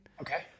Okay